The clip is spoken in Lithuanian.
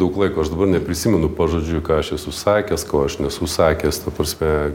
daug laiko aš dabar neprisimenu pažodžiui ką aš esu sakęs ko aš nesu sakęs ta prasme